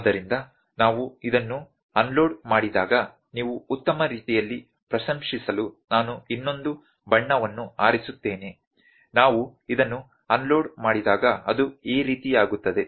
ಆದ್ದರಿಂದ ನಾವು ಇದನ್ನು ಅನ್ಲೋಡ್ ಮಾಡಿದಾಗ ನೀವು ಉತ್ತಮ ರೀತಿಯಲ್ಲಿ ಪ್ರಶಂಸಿಸಲು ನಾನು ಇನ್ನೊಂದು ಬಣ್ಣವನ್ನು ಆರಿಸುತ್ತೇನೆ ನಾವು ಇದನ್ನು ಅನ್ಲೋಡ್ ಮಾಡಿದಾಗ ಅದು ಈ ರೀತಿಯಾಗುತ್ತದೆ